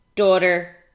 Daughter